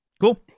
Cool